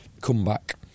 comeback